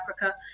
Africa